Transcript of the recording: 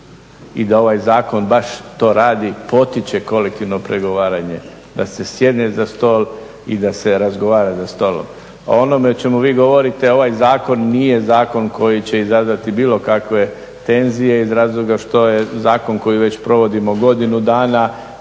i da ovaj zakon baš to radi potiče kolektivno pregovaranje, da se sjedne za stol i da se razgovara za stolom. O onome o čemu vi govorite ovaj zakon nije zakon koji će izazvati bilo kakve tenzije iz razloga što je zakon koji već provodimo godinu dana,